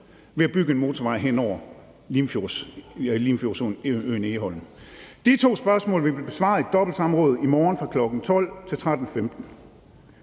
ved at bygge en motorvej hen over Limfjordsøen Egholm. De to spørgsmål vil blive besvaret i et dobbeltsamråd i morgen fra kl. 12.00 til 13.15.